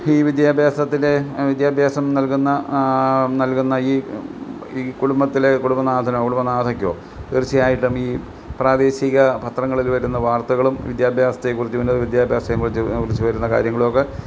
ഈ വിദ്യാഭ്യാസത്തിലെ വിദ്യാഭ്യാസം നൽകുന്ന നൽകുന്ന ഈ ഈ കുടുംബത്തിലെ കുടുംബനാഥനോ കുടുംബനാഥയ്ക്കോ തീർച്ചയായിട്ടും ഈ പ്രാദേശിക പത്രങ്ങളിൽ വരുന്ന വാർത്തകളും വിദ്യാഭ്യാസത്തെക്കുറിച്ച് വരുന്ന വിദ്യാഭ്യാസത്തേയും കുറിച്ച് കുറിച്ച് വരുന്ന കാര്യങ്ങളും ഒക്കെ